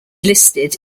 listed